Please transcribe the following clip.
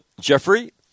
Jeffrey